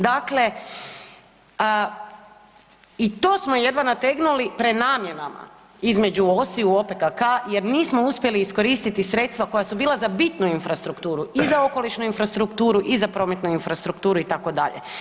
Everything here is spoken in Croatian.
Dakle, i to smo jedva nategnuli prenamjenama između OS-i u OPKK jer nismo uspjeli iskoristiti sredstva koja su bila za bitnu infrastrukturu i za okolišnu infrastrukturu i za prometnu infrastrukturu itd.